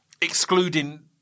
excluding